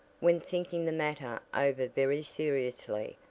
when thinking the matter over very seriously,